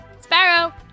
Sparrow